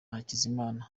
hakizimana